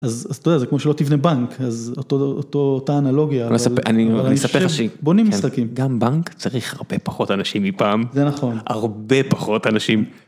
אז אתה יודע, זה כמו שלא תבנה בנק, אז אותה אנלוגיה. אני אספר לך שגם בנק צריך הרבה פחות אנשים מפעם, הרבה פחות אנשים.